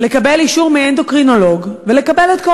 לקבל אישור מאנדוקרינולוג ולקבל את כל